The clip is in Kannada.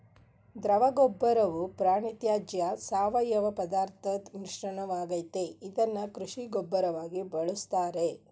ದ್ರವಗೊಬ್ಬರವು ಪ್ರಾಣಿತ್ಯಾಜ್ಯ ಸಾವಯವಪದಾರ್ಥದ್ ಮಿಶ್ರಣವಾಗಯ್ತೆ ಇದ್ನ ಕೃಷಿ ಗೊಬ್ಬರವಾಗಿ ಬಳುಸ್ತಾರೆ